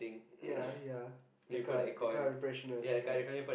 ya ya the car the car refreshner ya